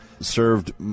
served